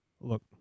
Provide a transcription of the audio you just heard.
Look